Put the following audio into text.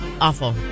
awful